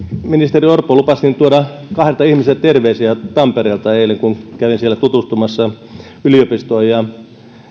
ministeri orpo lupasin eilen tuoda kahdelta ihmiseltä terveisiä tampereelta kun kävin siellä tutustumassa yliopistoon ja